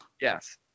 Yes